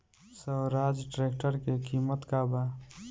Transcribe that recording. Swaraj tractor के किमत का बा?